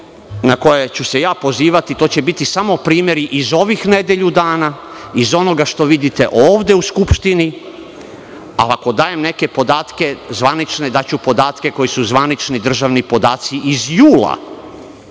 na koje ću se pozivati će biti samo primeri iz ovih nedelju dana, iz onoga što vidite ovde u Skupštini, ali ako dajem neke zvanične podatke, daću podatke koji su zvanični državni podaci iz jula. Ako